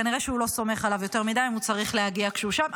כנראה שהוא לא סומך עליו יותר מדי אם הוא צריך להגיע כשהוא שם.